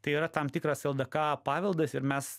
tai yra tam tikras ldk paveldas ir mes